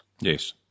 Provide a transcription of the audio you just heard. Yes